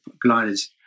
gliders